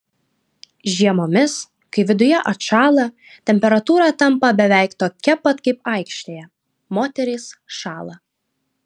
žiemomis kai viduje atšąla temperatūra tampa beveik tokia pat kaip aikštėje moterys šąla